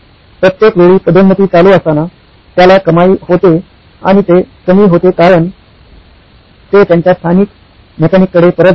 प्रत्येक वेळी पदोन्नती चालू असताना त्याला कमाई होते आणि ते कमी होते कारण ते त्यांच्या स्थानिक मेकॅनिक कडे परत जातात